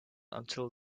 until